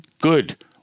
good